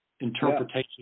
interpretation